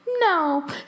no